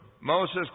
Moses